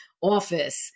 Office